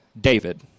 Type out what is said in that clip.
David